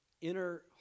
inner